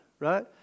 Right